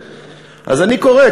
אז אני קורא,